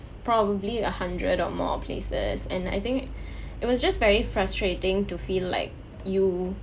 probably a hundred or more places and I think it was just very frustrating to feel like you